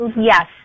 Yes